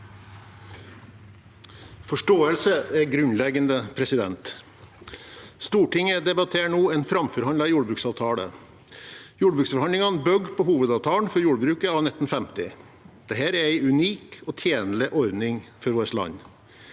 Forståelse er grunnleggende. Stortinget debatterer nå en framfor handlet jordbruksavtale. Jordbruksforhandlingene bygger på hovedavtalen for jordbruket av 1950. Dette er en unik og tjenlig ordning for vårt land.